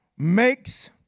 makes